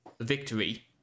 victory